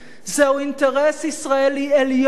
זהו אינטרס ישראלי עליון,